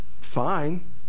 fine